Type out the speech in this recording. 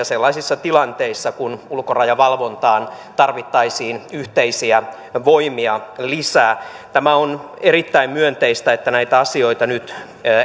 sellaisissa tilanteissa kun ulkorajavalvontaan tarvittaisiin yhteisiä voimia lisää tämä on erittäin myönteistä että näitä asioita nyt